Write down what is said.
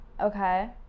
Okay